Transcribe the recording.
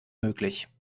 möglich